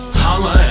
holla